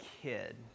kid